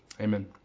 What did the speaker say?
Amen